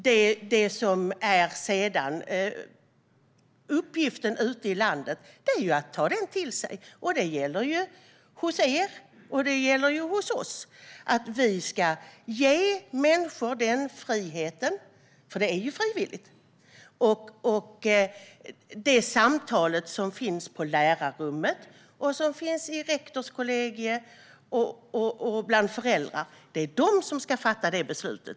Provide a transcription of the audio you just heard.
Det som sedan är uppgiften ute i landet är att ta den till sig, och det gäller för er och oss att vi ska ge människor den friheten. Det är ju frivilligt, och det är i samtalen som förs i lärarrummet, i rektorskollegier och bland föräldrar som det beslutet ska fattas.